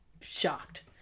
shocked